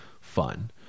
fun